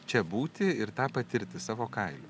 čia būti ir tą patirti savo kailiu